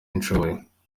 nshoboye